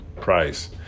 price